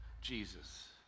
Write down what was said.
Jesus